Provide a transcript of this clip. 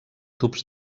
tubs